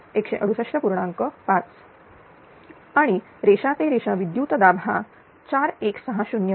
5 आणि रेषा ते रेषा विद्युतदाब हा 4160 V